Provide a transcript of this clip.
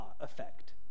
effect